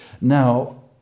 Now